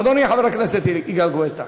אדוני חבר הכנסת יגאל גואטה.